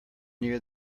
near